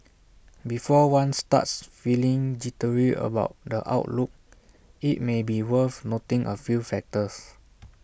before one starts feeling jittery about the outlook IT may be worth noting A few factors